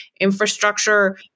Infrastructure